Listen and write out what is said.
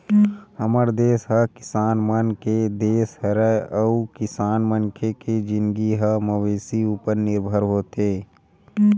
हमर देस ह किसान मन के देस हरय अउ किसान मनखे के जिनगी ह मवेशी उपर निरभर होथे